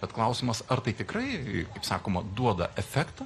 bet klausimas ar tai tikrai sakoma duoda efektą